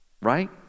Right